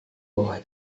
bahwa